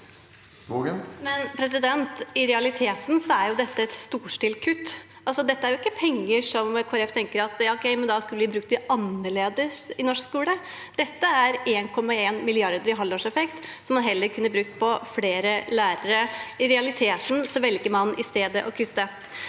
I realiteten er dette et storstilt kutt. Dette er ikke penger som Kristelig Folkeparti tenker at de skulle brukt annerledes i norsk skole. Det er 1,1 mrd. kr i halvårseffekt som man heller kunne brukt på flere lærere. I realiteten velger man i stedet å kutte.